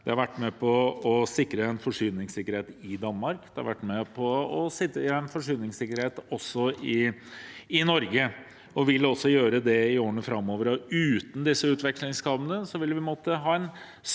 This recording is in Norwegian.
De har vært med på å sikre forsyningssikkerhet i Danmark, de har vært med på å sikre forsyningssikkerhet i Norge, og de vil gjøre det også i årene framover. Uten disse utvekslingskablene vil vi måtte